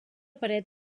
paret